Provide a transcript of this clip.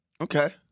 Okay